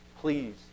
Please